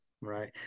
Right